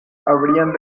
habrían